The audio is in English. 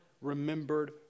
remembered